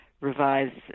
revised